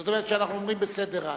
זאת אומרת כשאנחנו אומרים בסדר רץ.